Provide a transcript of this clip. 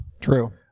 True